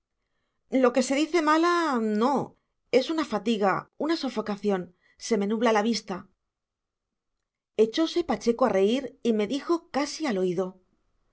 interés lo que se dice mala no es una fatiga una sofocación se me nubla la vista echose pacheco a reír y me dijo casi al oído